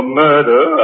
murder